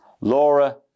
Laura